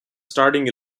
starting